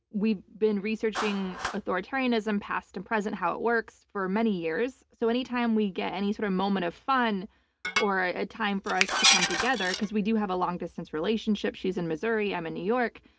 we've been researching authoritarianism, past and present, how it works, for many years, so anytime we get any sort of moment of fun or a time for us to come together because we do have a long distance relationship, she's in missouri, i'm in new york,